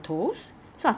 以前啊